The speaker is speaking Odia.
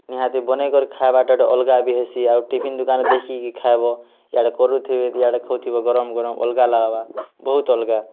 ନିହାତି ବନେଇକରି ଖାଏବାଟା ଟିକେ ଅଲ୍ଗା ବି ହେସି ଆଉ ଟିଫିନ୍ ଦୁକାନ୍ ଦେଖିକି ଖାଏବ ଇଆଡ଼େ କରୁଥିବେ ଇଆଡ଼େ ଖାଉଥିବ ଗରମ୍ ଗରମ୍ ଅଲ୍ଗା ଲାଗ୍ବା ବହୁତ୍ ଅଲ୍ଗା